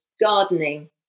gardening